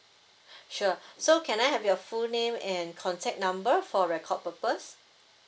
sure so can I have your full name and contact number for record purpose